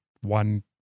One